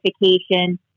notification